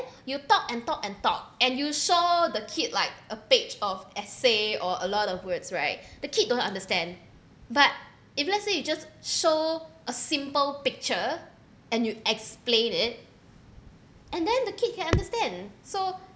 you talk and talk and talk and you show the kid like a page of essay or a lot of words right the kid don't understand but if let's say you just show a simple picture and you explain it and then the kids can understand so